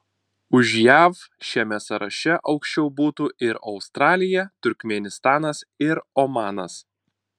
už jav šiame sąraše aukščiau būtų ir australija turkmėnistanas ir omanas